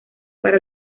para